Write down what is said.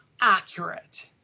accurate